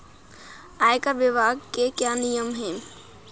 आयकर विभाग के क्या नियम हैं?